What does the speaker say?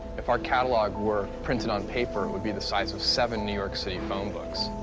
if our catalog were printed on paper, it would be the size of seven new york city phonebooks.